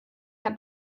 herr